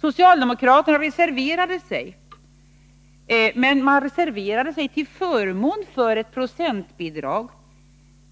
Socialdemokraterna reserverade sig, men de reserverade sig till förmån för ett procentbidrag